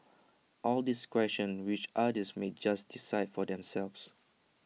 all these questions which others may just decide for themselves